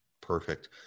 Perfect